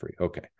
Okay